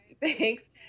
Thanks